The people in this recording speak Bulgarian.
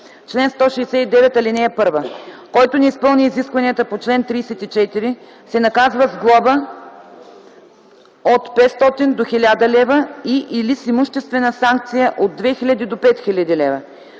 чл. 169: „Чл. 169. (1) Който не изпълни изискванията на чл. 34, се наказва с глоба от 500 до 1000 лв. и/или с имуществена санкция от 2000 до 5000 лв.